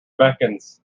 beckons